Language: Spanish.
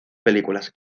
películas